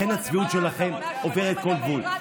לכן הצביעות שלכם עוברת כל גבול.